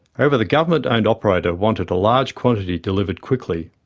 however, the government owned operator wanted a large quantity delivered quickly.